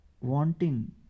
wanting